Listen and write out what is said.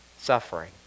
suffering